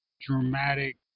dramatic